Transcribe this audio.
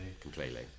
completely